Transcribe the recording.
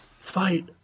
Fight